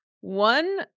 one